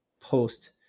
post